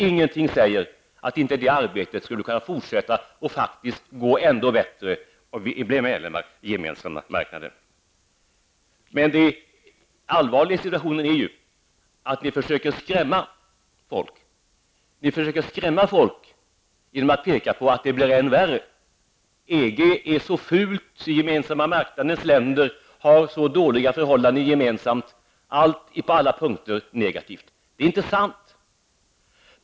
Ingenting säger att inte det arbetet skulle kunna fortsätta och faktiskt gå ännu bättre om vi blev medlemmar i den Gemensamma marknaden. Det allvarliga i situationen är att ni försöker skrämma folk genom att säga att det blir än värre. EG är så fult, Gemensamma marknadens länder har så dåliga förhållanden, allting är på alla punkter negativt. Det är inte sant.